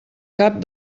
cap